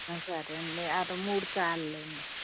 సరే అండి అది మూడు చాలు లేండి